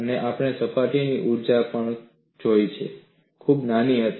અને આપણે સપાટીની ઊર્જા પણ જોઈ છે ખૂબ નાની હતી